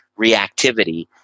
reactivity